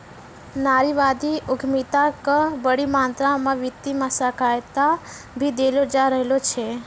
नारीवादी उद्यमिता क बड़ी मात्रा म वित्तीय सहायता भी देलो जा रहलो छै